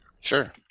Sure